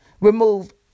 remove